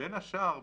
בין השאר,